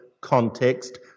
context